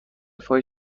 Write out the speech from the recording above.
فای